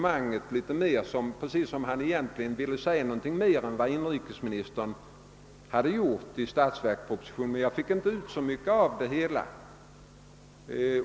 Man fick intrycket att herr Wedén ville säga något utöver vad inrikesministern hade sagt i statsverkspropositionen, men jag fick inte ut så mycket av det hela.